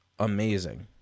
Amazing